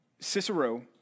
Cicero